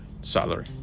salary